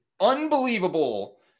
unbelievable